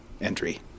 entry